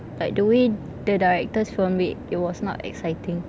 like the way the directors filmed it it was not exciting